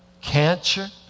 cancer